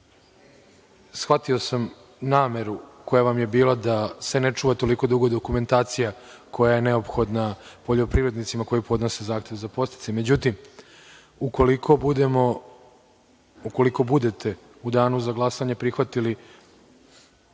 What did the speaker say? sam nameru koja vam je bila da se ne čuva toliko dugo dokumentacija koja je neophodna poljoprivrednicima koji podnose zahtev za podsticaj. Međutim, ukoliko budete, u danu za glasanje, prihvatili